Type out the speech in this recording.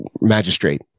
magistrate